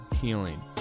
Healing